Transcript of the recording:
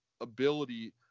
Ability